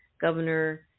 Governor